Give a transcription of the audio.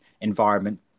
environment